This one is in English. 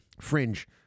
Fringe